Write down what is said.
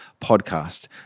podcast